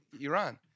Iran